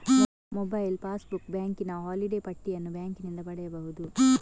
mobile passbook, ಬ್ಯಾಂಕಿನ holiday ಪಟ್ಟಿಯನ್ನು ಬ್ಯಾಂಕಿನಿಂದ ಪಡೆಯಬಹುದು